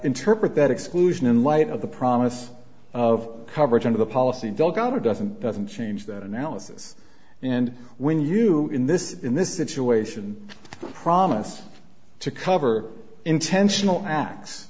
interpret that exclusion in light of the promise of coverage of the policy delgado doesn't doesn't change that analysis and when you in this in this situation promise to cover intentional